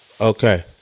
Okay